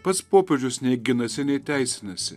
pats popiežius nei ginasi nei teisinasi